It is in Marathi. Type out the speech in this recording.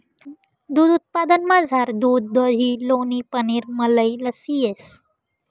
दूध उत्पादनमझार दूध दही लोणी पनीर मलई लस्सी येस